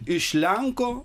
iš lenko